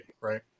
right